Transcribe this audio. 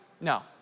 no